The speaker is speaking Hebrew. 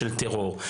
של טרור.